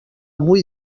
avui